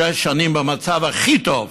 שש שנים במצב הכי טוב,